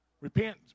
Repent